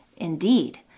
Indeed